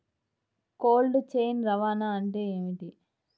Cold chain రవాణా అంటే ఏమిటీ?